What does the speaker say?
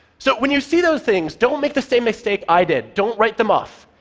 so when you see those things, don't make the same mistake i did. don't write them off.